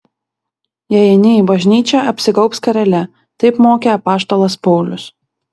jei eini į bažnyčią apsigaubk skarele taip mokė apaštalas paulius